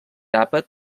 àpat